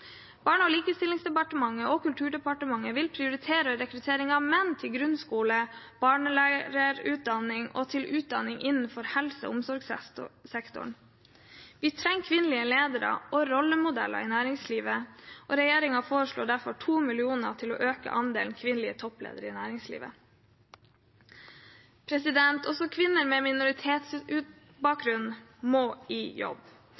Barne- og likestillingsdepartementet og Kulturdepartementet vil prioritere rekruttering av menn til grunnskole- og barnehagelærerutdanning og til utdanning innenfor helse- og omsorgssektoren. Vi trenger kvinnelige ledere og rollemodeller i næringslivet, og regjeringen foreslår derfor 2 mill. kr til å øke andelen kvinnelige toppledere i næringslivet. Også kvinner med minoritetsbakgrunn må i jobb.